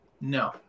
no